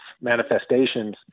manifestations